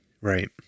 right